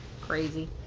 Crazy